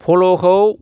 फल'खौ